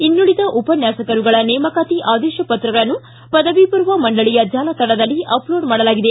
ಇನ್ನುಳಿದ ಉಪನ್ಯಾಸಕರುಗಳ ನೇಮಕಾತಿ ಆದೇಶ ಪತ್ರಗಳನ್ನು ಪದವಿಪೂರ್ವ ಮಂಡಳಿಯ ಜಾಲತಾಣದಲ್ಲಿ ಅಪ್ಲೋಡ ಮಾಡಲಾಗಿದೆ